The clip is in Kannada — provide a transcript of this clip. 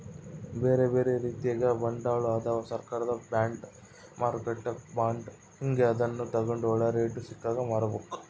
ಬೇರೆಬೇರೆ ರೀತಿಗ ಬಾಂಡ್ಗಳು ಅದವ, ಸರ್ಕಾರ ಬಾಂಡ್, ಮಾರುಕಟ್ಟೆ ಬಾಂಡ್ ಹೀಂಗ, ಅದನ್ನು ತಗಂಡು ಒಳ್ಳೆ ರೇಟು ಸಿಕ್ಕಾಗ ಮಾರಬೋದು